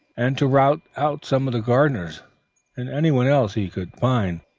and to rout out some of the gardeners and anyone else he could find,